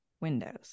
windows